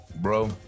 Bro